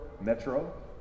Metro